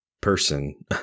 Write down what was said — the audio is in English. person